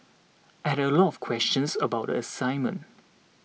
I had a lot of questions about the assignment